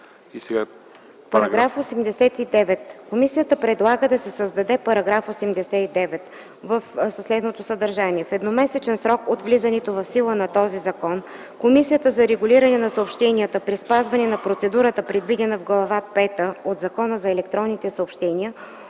ПЕТРОВА: Комисията предлага да се създаде § 89: „§ 89. В едномесечен срок от влизането в сила на този закон, Комисията за регулиране на съобщенията при спазване на процедурата, предвидена в Глава пета от Закона за електронните съобщения,